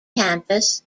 campus